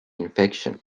infection